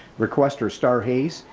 requester star hayes,